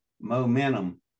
momentum